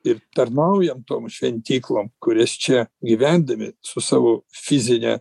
ir tarnaujam tom šventyklom kurias čia gyvendami su savo fizine